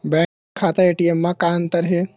Bank खाता ATM मा का अंतर हे?